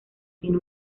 tiene